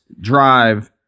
drive